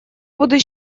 буду